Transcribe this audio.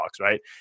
right